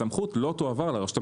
הסמכות לא תועבר לרשות המקומית.